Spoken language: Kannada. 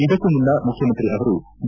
ಇದಕ್ಕೂ ಮುನ್ನ ಮುಖ್ಯಮಂತ್ರಿ ಅವರು ವಿ